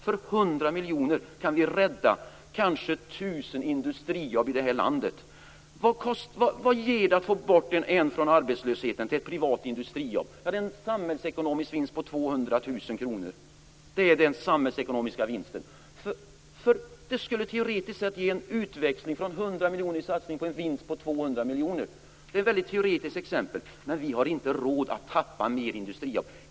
För 100 miljoner kan vi rädda kanske 1 000 industrijobb i det här landet. Vad ger det att få bort en från arbetslöshet till ett privat industrijobb? Jo, det blir en samhällsekonomisk vinst på 200 000 kr. Teoretiskt skulle det ge en utväxling från 100 miljoner i satsning till en vinst på 200 miljoner. Det är förvisso ett högst teoretiskt exempel men vi har inte råd att tappa fler industrijobb.